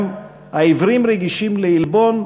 גם העיוורים רגישים לעלבון,